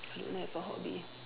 I don't have a hobby